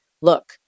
Look